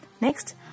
Next